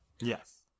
Yes